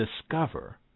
discover